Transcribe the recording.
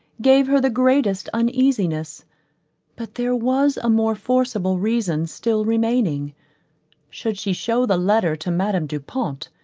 gave her the greatest uneasiness but there was a more forcible reason still remaining should she show the letter to madame du pont,